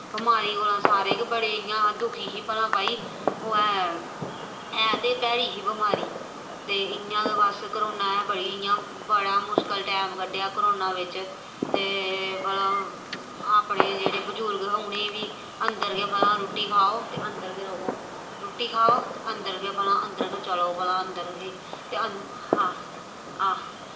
बमारियें कोला सारे गै बड़े इ'यां दुखी हे भला भाई ओह् है ते भैड़ी ही बमारी ते इ'यां गै बस करोना बड़ा मुशकल टैम कट्टेआ करोना बिच्च ते भला अपने जेह्ड़े बजुर्ग हे उ'नें बी उंदर गै भला रुट्टी खाओ ते अंदरर गै रवो रुट्टी खाओ ते अंदर गै चलो अंदर गै भला ते